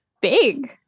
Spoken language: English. big